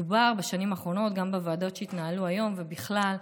דובר גם בוועדות שהתנהלו היום ובשנים האחרונות בכלל,